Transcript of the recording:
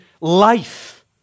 life